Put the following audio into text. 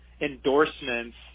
endorsements